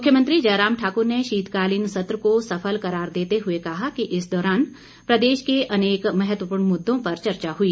मुख्यमंत्री जयराम ठाकुर ने शीतकालीन सत्र को सफल करार देते हुए कहा कि इस दौरान प्रदेश के अनेक महत्वपूर्ण मुद्दों पर चर्चा हुई